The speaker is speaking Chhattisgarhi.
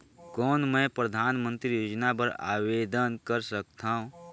कौन मैं परधानमंतरी योजना बर आवेदन कर सकथव?